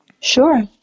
Sure